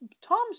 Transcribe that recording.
Tom's